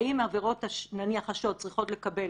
האם עבירות השוד צריכות לקבל